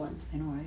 I know right